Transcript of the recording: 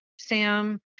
Sam